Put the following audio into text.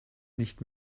nicht